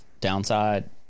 downside